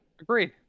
Agreed